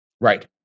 Right